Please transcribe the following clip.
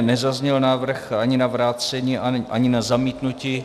Nezazněl návrh ani na vrácení, ani na zamítnutí.